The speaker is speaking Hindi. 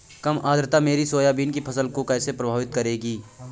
कम आर्द्रता मेरी सोयाबीन की फसल को कैसे प्रभावित करेगी?